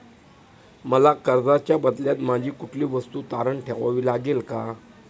मला कर्जाच्या बदल्यात माझी कुठली वस्तू तारण ठेवावी लागेल का?